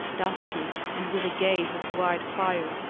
dusky and with a gaze of white fire,